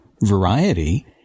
variety